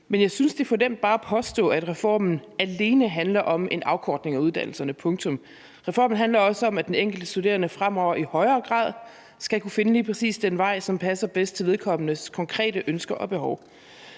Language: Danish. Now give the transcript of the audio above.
Jeg synes, det er for nemt bare at påstå, at reformen alene handler om en afkortning af uddannelserne – punktum. Reformen handler også om, at den enkelte studerende fremover i højere grad skal kunne finde lige præcis den vej, som passer bedst til vedkommendes konkrete ønsker og behov.